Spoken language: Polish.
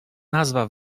nazwa